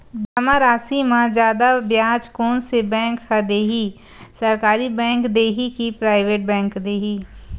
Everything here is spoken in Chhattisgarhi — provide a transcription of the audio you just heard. जमा राशि म जादा ब्याज कोन से बैंक ह दे ही, सरकारी बैंक दे हि कि प्राइवेट बैंक देहि?